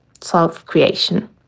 self-creation